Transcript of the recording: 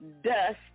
dust